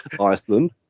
iceland